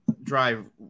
drive